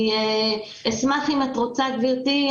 אם את רוצה גברתי,